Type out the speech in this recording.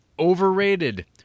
Overrated